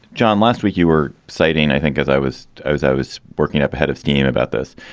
john, last week you were citing i think as i was, i was i was working up a head of steam about this.